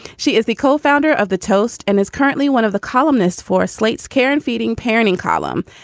she is the co-founder of the toast and is currently one of the columnist for slate's care and feeding parenting column.